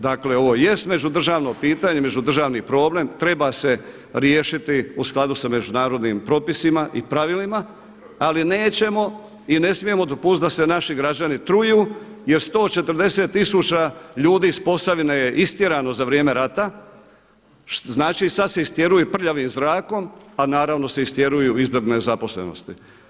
Dakle ovo jest međudržavno pitanje, međudržavni problem treba se riješiti u skladu sa međunarodnim propisima i pravilima, ali nećemo i ne smijemo dopustiti da se naši građani truju jer 140 tisuća ljudi iz Posavine je istjerano za vrijeme rata, što znači sada se istjeruju prljavim zrakom, a naravno se istjeruju i zbog nezaposlenosti.